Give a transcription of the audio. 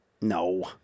No